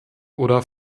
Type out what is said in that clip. oder